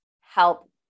help